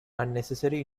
unnecessary